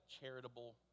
charitable